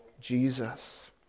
Jesus